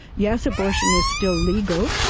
yes, abortion is still legal,